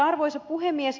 arvoisa puhemies